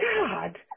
God